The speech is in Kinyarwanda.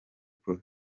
prof